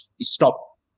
stop